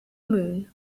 moon